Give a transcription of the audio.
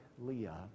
Leah